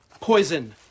Poison